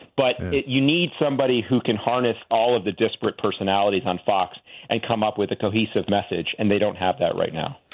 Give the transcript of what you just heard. but you need somebody who can harness all of the personalities on fox and come up with a cohesive message. and they don't have that right now.